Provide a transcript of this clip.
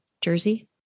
Jersey